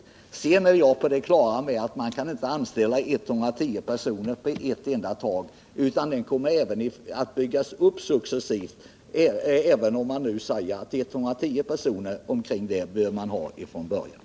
Jag vill tillägga att jag naturligtvis är på det klara med att man inte kan anställa 110 personer på en enda gång. Verksamheten kommer givetvis att byggas upp successivt, även om man från början säger att man bör ha 110 personer.